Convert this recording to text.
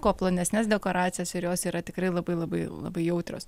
kuo plonesnes dekoracijas ir jos yra tikrai labai labai labai jautrios